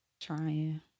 Trying